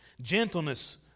gentleness